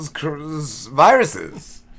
viruses